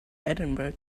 edinburgh